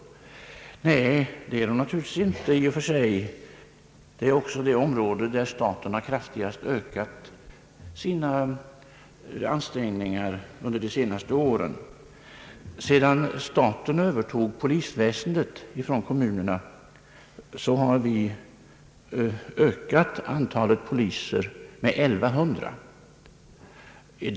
Nej, det är de naturligtvis inte i och för sig. Det är också det område på vilket staten kraftigast har ökat sina ansträngningar under de senaste åren. Sedan staten övertog polisväsendet från kommunerna, har vi ökat antalet poliser med 1100.